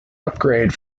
upgrade